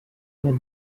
una